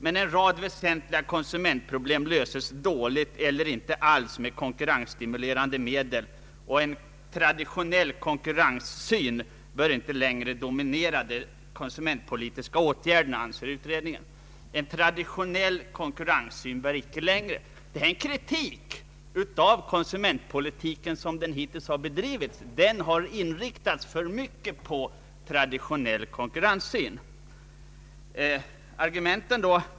Men en rad väsentliga konsumentproblem löses dåligt eller inte alls med konkurrensstimulerande medel, och en traditionell konkurrenssyn bör inte längre dominera de konsumentpolitiska åtgärderna, anser utredningen. Det är en kritik av konsumentpolitiken såsom den hittills har bedrivits. Den har inriktats för mycket på ”traditionell konkurrenssyn”.